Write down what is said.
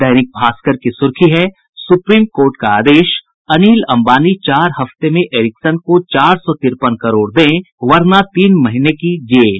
दैनिक भास्कर की सुर्खी है सुप्रीम कोर्ट का आदेश अनिल अंबानी चार हफ्ते में एरिक्सन को चार सौ तिरपन करोड़ दें वरना तीन महीने की जेल